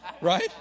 right